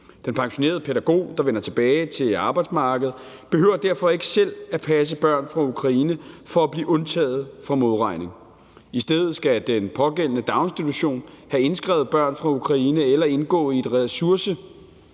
Den pensionerede pædagog, der vender tilbage til arbejdsmarkedet, behøver derfor ikke selv at passe børn fra Ukraine for at blive undtaget for modregning; i stedet skal den pågældende daginstitution have indskrevet børn fra Ukraine eller indgå i et ressourcesamarbejde